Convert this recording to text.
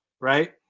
right